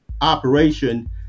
operation